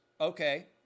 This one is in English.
Okay